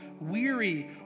weary